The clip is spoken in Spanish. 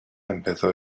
empezó